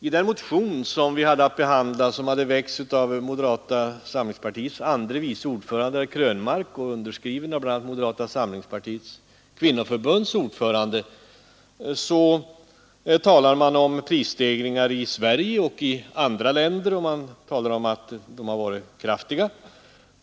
I en motion nr 1037 som vi hade att behandla och som väckts av moderata samlingspartiets andre vice ordförande Krönmark och som underskrivits av bland andra moderata samlingspartiets kvinnoförbunds ordförande talas om prisstegringar i Sverige och i vissa andra länder. Det sägs där att prisstegringarna varit kraftiga.